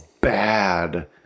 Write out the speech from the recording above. bad